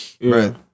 Right